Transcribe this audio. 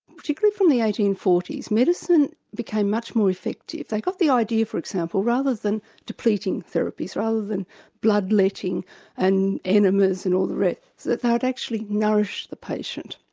particularly from the eighteen forty s, medicine became much more effective. they got the idea for example, rather than depleting therapies, rather than blood-letting and enemas and all the rest, that they'd actually nourish the patient.